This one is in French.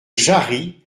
jarrie